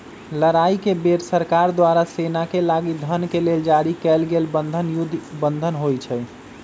लड़ाई के बेर सरकार द्वारा सेनाके लागी धन के लेल जारी कएल गेल बन्धन युद्ध बन्धन होइ छइ